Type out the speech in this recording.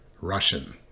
Russian